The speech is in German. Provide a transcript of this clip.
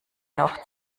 noch